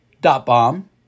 dot-bomb